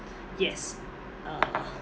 yes err